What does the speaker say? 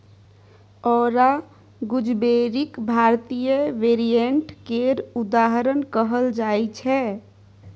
औरा गुजबेरीक भारतीय वेरिएंट केर उदाहरण कहल जाइ छै